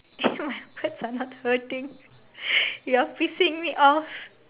my words are not hurting you're pissing me off